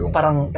Parang